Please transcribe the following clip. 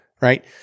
Right